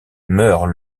meurt